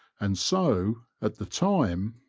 and so, at the time,